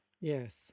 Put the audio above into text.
Yes